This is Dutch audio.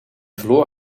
verloor